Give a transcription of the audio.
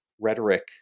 rhetoric